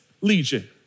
Legion